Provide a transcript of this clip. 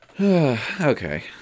Okay